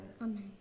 Amen